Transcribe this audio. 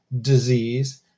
disease